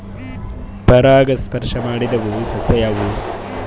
ಪರಾಗಸ್ಪರ್ಶ ಮಾಡಾವು ಸಸ್ಯ ಯಾವ್ಯಾವು?